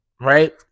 Right